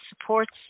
supports